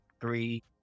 three